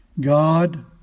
God